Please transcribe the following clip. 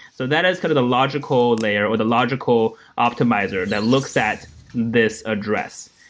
so that is kind of the logical layer or the logical optimizer that looks at this address.